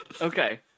Okay